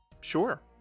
Sure